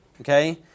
okay